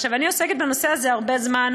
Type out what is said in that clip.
אני עוסקת בנושא הזה הרבה זמן.